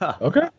Okay